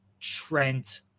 Trent